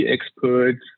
experts